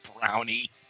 brownie